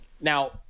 Now